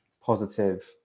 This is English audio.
positive